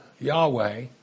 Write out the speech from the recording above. Yahweh